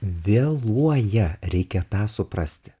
vėluoja reikia tą suprasti